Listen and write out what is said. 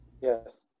Yes